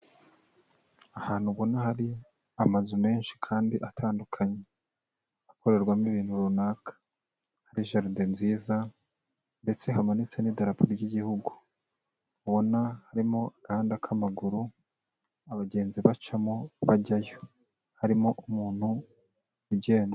Ahantu ubona hari amazu menshi kandi atandukanye, akorerwamo ibintu runaka, harimo jaride nziza ndetse hamanitse n'idarapo ry'igihugu, ubona harimo agahanda k'amaguru abagenzi bacamo bajyayo, harimo umuntu ugenda.